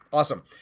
Awesome